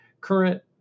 current